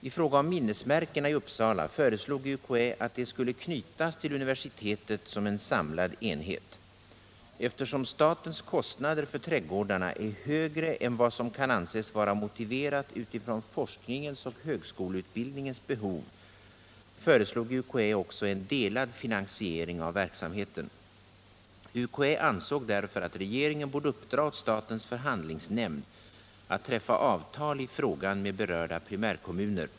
I fråga om minnesmärkena i Uppsala föreslog UKÄ att de skulle knytas till universitetet som en samlad enhet. Eftersom statens kostnader för trädgårdarna är högre än vad som kan anses vara motiverat utifrån forskningens och högskoleutbildningens behov föreslog UKÄ också en delad finansiering av verksamheten. UKÄ ansåg därför att regeringen borde uppdra åt statens förhandlingsnämnd att träffa avtal i frågan med berörda primärkommuner.